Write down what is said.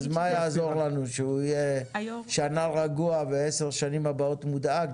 אז מה זה יעזור לנו שהוא יהיה שנה רגוע ו-10 שנים הבאות מודאג?